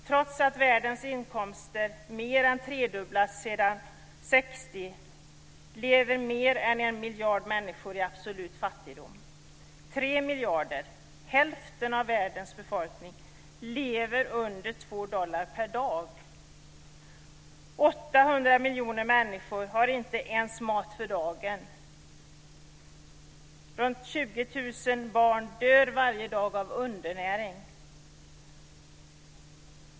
Trots att världens inkomster mer än tredubblats sedan 60-talet lever mer än en miljard människor i absolut fattigdom. Tre miljarder, hälften av världens befolkningen, har mindre än två dollar per dag att leva på. 800 miljoner människor har inte ens mat för dagen. Runt 20 000 barn dör varje dag av undernäring.